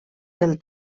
del